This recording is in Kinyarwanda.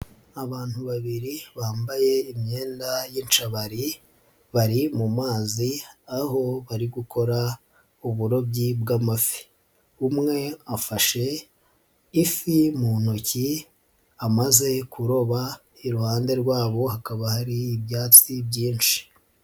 Abantu babiri bambaye imyenda y'inshabari, bari mu mazi, aho bari gukora uburobyi bw'amafi. Umwe afashe ifi mu ntoki amaze kuroba, iruhande rwabo hakaba hari ibyatsi byinshi.